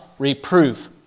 Reproof